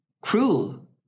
cruel